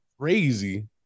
crazy